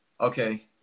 okay